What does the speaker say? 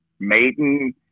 Maiden